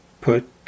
put